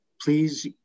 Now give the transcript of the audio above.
Please